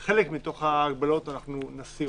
את חלק מתוך ההגבלות נסיר.